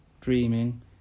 dreaming